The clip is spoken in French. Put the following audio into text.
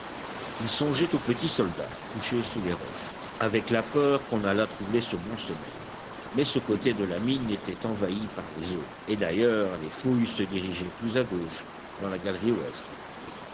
il songeait au petit soldat couché sous les roches avec la peur qu'on n'allât troubler ce bon sommeil mais ce côté de la mine était envahi par les eaux et d'ailleurs les fouilles se dirigeaient plus à gauche dans la galerie ouest